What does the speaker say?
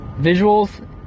Visuals